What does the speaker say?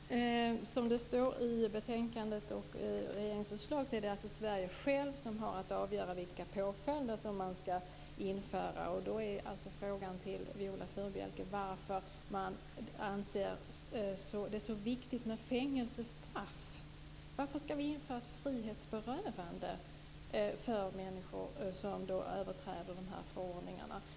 Herr talman! Som det står i betänkandet och i regeringens förslag är det alltså Sverige självt som har att avgöra vilka påföljder som man skall införa. Då är frågan till Viola Furubjelke varför man anser det så viktigt med fängelsestraff. Varför skall vi införa ett frihetsberövande för människor som överträder de här förordningarna?